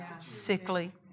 sickly